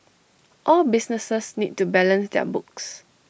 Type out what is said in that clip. all businesses need to balance their books